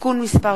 (תיקון מס'